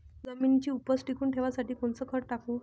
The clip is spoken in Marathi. जमिनीची उपज टिकून ठेवासाठी कोनचं खत टाकू?